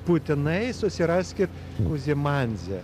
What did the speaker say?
būtinai susiraskit kuzimanzė